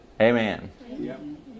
Amen